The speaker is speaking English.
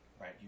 right